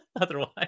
Otherwise